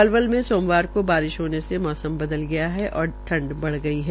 पलवले में सोम को बारिश होने से मौसम बदल गया है और ठंड बढ़ गई है